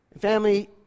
Family